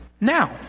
now